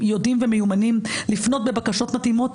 יודעים ומיומנים לפנות בבקשות מתאימות,